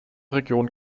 region